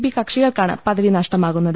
P കക്ഷികൾക്കാണ് പദവി നഷ്ടമാകുന്നത്